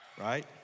right